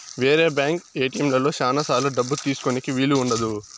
వేరే బ్యాంక్ ఏటిఎంలలో శ్యానా సార్లు డబ్బు తీసుకోనీకి వీలు ఉండదు